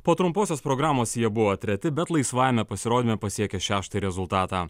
po trumposios programos jie buvo treti bet laisvajame pasirodyme pasiekė šeštą rezultatą